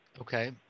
Okay